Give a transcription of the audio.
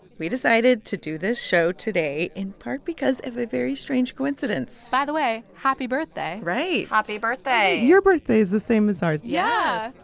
we decided to do this show today in part because of a very strange coincidence by the way, happy birthday right happy birthday your birthday is the same as ours yeah.